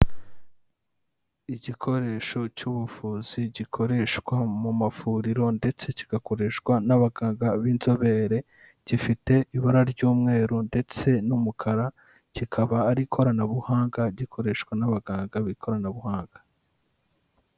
Igikoresho cy'ubuvuzi gikoreshwa mu mavuriro ndetse kigakoreshwa n'abaganga b'inzobere, gifite ibara ry'umweru ndetse n'umukara, kikaba ari ikoranabuhanga gikoreshwa n'abaganga b'ikoranabuhanga.